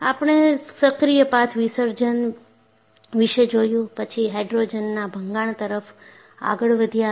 આપણે સક્રિય પાથ વિસર્જન વિશે જોયું પછી હાઇડ્રોજનના ભંગાણ તરફ આગળ વધ્ય હતા